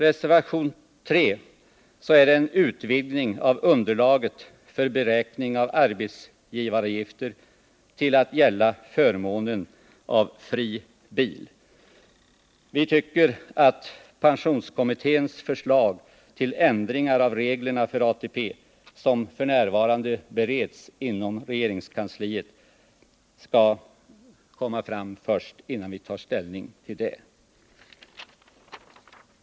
Reservation nr 3 gäller en utvidgning av underlaget för beräkning av arbetsgivaravgifter till att gälla förmånen av fri bil. Vi tycker att pensionskommitténs förslag till ändringar av reglerna för ATP, som f. n. bereds inom regeringskansliet, skall komma fram först, innan vi tar ställning i denna fråga.